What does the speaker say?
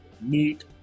meat